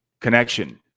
connection